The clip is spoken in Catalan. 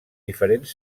diferents